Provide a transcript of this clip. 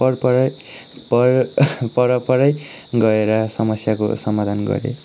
परपरै पर परपरै गएर समस्याको समाधान गरेँ